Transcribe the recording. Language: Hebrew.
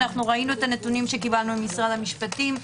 אנחנו ראינו את הנתונים שקיבלנו ממשרד המשפטים.